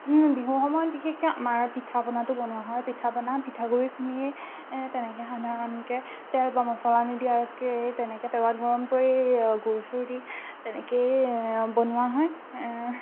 বিহুৰ সময়ত বিশেষকৈ আমাৰ পিঠাপনাটো বনোৱা হয় পিঠাপনা পিঠাগুড়ি খুন্দি তেনেকে সাধাৰণকে তেল বা মচলা নিদিয়াকেই তেনেকৈ তেলত গৰম কৰি গুৰ চুৰ দি তেনেকৈয়ে বনোৱা হয়